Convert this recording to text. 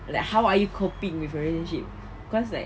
like how are you coping with your relationship it cause like